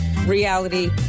Reality